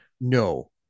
No